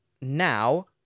now